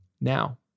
now